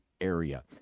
area